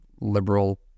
liberal